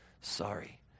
sorry